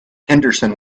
henderson